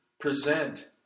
present